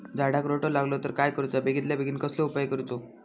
झाडाक रोटो लागलो तर काय करुचा बेगितल्या बेगीन कसलो उपाय करूचो?